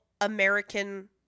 American